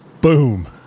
boom